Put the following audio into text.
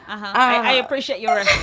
i appreciate your.